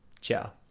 Ciao